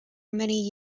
many